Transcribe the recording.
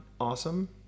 awesome